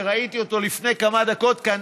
שראיתי אותו לפני כמה דקות כאן,